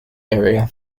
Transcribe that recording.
area